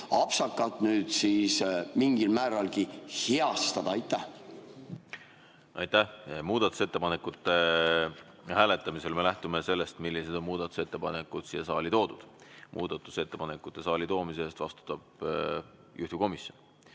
apsakat mingil määralgi heastada? Aitäh! Muudatusettepanekute hääletamisel me lähtume sellest, millised muudatusettepanekud on siia saali toodud. Muudatusettepanekute saali toomise eest vastutab juhtivkomisjon.